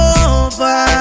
over